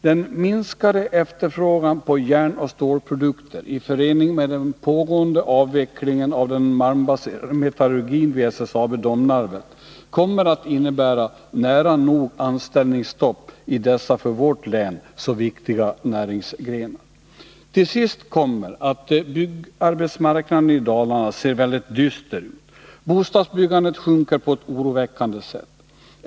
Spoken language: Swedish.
Den minskade efterfrågan på järnoch stålprodukter i förening med den pågående avvecklingen av den malmbaserade metallurgin vid SSAB-Domnarvet kommer att innebära nära nog anställningsstopp i dessa för vårt län så viktiga näringsgrenar. Till detta kommer att byggarbetsmarknaden i Dalarna ser väldigt dyster ut. Bostadsbyggandet sjunker på ett oroväckande sätt.